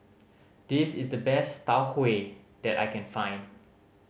this is the best Tau Huay that I can find